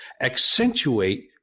Accentuate